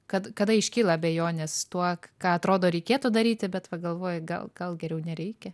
kad kada iškyla abejonės tuo ką atrodo reikėtų daryti bet va galvoji gal gal geriau nereikia